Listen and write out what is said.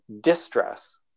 distress